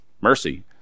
Mercy